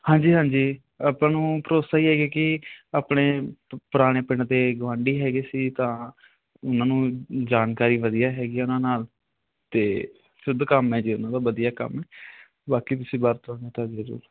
ਹਾਂਜੀ ਹਾਂਜੀ ਆਪਾਂ ਨੂੰ ਭਰੋਸਾ ਹੀ ਹੈਗਾ ਕਿ ਆਪਣੇ ਪ ਪੁਰਾਣੇ ਪਿੰਡ ਦੇ ਗੁਆਂਢੀ ਹੈਗੇ ਸੀ ਤਾਂ ਉਹਨਾਂ ਨੂੰ ਜਾਣਕਾਰੀ ਵਧੀਆ ਹੈਗੀ ਉਹਨਾਂ ਨਾਲ ਅਤੇ ਸ਼ੁੱਧ ਕੰਮ ਹੈ ਜੀ ਉਹਨਾਂ ਦਾ ਵਧੀਆ ਕੰਮ ਬਾਕੀ ਤੁਸੀਂ ਵਰਤੋਂ ਗੇ ਤਾਂ